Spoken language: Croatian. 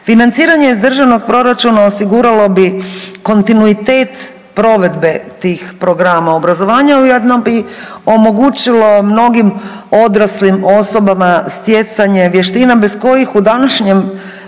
Financiranje iz državnog proračuna osiguralo bi kontinuitet provedbe tih programa obrazovanja. Ujedno bi omogućilo mnogim odraslim osobama stjecanje vještina bez kojih u današnje